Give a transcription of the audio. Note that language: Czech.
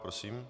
Prosím.